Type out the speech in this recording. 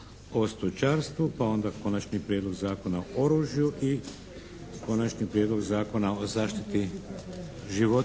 o stočarstvu. Pa onda Konačni prijedlog zakona o oružju i Konačni prijedlog zakona o zaštiti životinja.